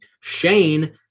Shane